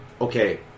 Okay